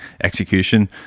execution